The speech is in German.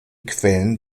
quellen